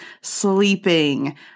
sleeping